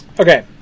Okay